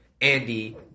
Andy